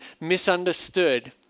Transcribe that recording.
misunderstood